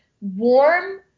warm